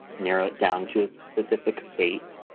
narrow down to a specific state.